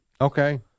Okay